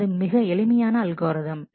அது மிக எளிமையான அல்காரிதம்